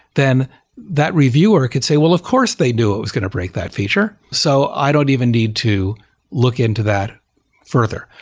then that reviewer could say, well, of course they do. it was going to break that feature. so i don't even need to look into that further.